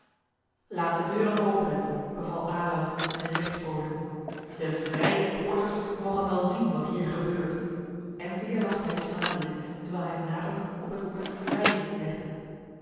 de deuren openen beval aloud den gerechtsbode de vrije poorters mogen wel zien wat hier gebeurt en weer lachte hij smadelijk terwijl hij den nadruk op het antwoord vrije legde